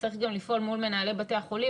צריך גם לפעול מול מנהלי בתי החולים,